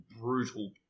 brutal